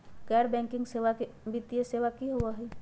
गैर बैकिंग वित्तीय सेवा की होअ हई?